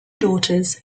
daughters